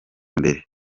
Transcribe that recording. mbere